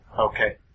Okay